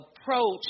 approach